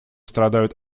страдают